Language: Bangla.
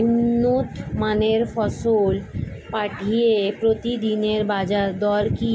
উন্নত মানের ফসল পাঠিয়ে প্রতিদিনের বাজার দর কি